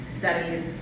studies